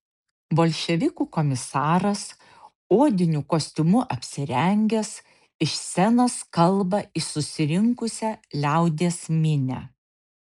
bolševikų komisaras odiniu kostiumu apsirengęs iš scenos kalba į susirinkusią liaudies minią